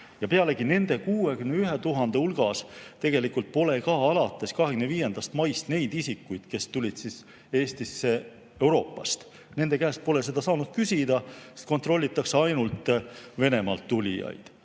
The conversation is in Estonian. Pealegi, nende 61 000 hulgas tegelikult pole ka alates 25. maist neid isikuid, kes tulid Eestisse [mujalt] Euroopast. Nende käest pole seda saanud küsida, sest kontrollitakse ainult Venemaalt tulijaid.